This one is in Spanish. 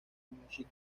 music